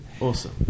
Awesome